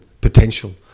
potential